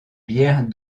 bières